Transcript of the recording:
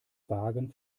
wagen